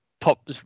pop